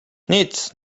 nic